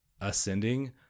ascending